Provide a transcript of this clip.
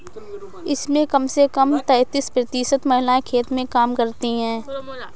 इसमें कम से कम तैंतीस प्रतिशत महिलाएं खेत में काम करती हैं